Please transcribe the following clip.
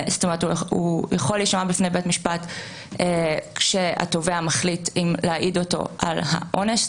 הוא יכול להישמע בפני בית משפט כשהתובע מחליט אם להעיד אותו על העונש,